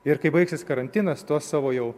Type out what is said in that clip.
ir kai baigsis karantinas tuos savo jau